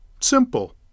Simple